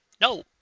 No